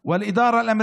המשפטים.